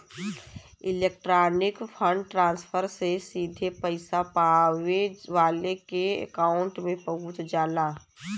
electronic fund transfer से सीधे पइसा पावे वाले के अकांउट में पहुंच जाला